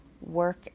work